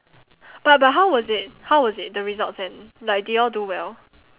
but but how was it how was it the results and like did y'all do well